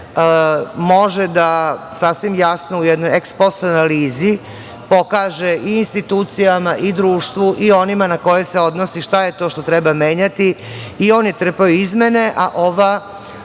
može sasvim jasno u jednoj eks post analizi da pokaže i institucijama i društvu i onima na koje se odnosi šta je to što treba menjati i on je trpeo izmene, a ova